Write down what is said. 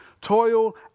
Toil